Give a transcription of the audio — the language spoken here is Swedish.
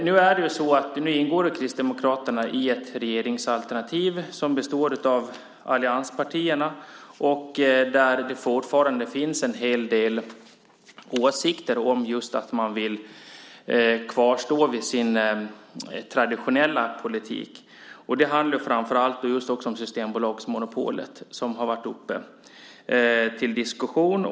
Nu ingår ju Kristdemokraterna i ett regeringsalternativ som består av allianspartierna, och där finns det fortfarande en hel del åsikter om just att man vill kvarstå vid sin traditionella politik. Det handlar framför allt om Systembolagsmonopolet, som har varit uppe till diskussion.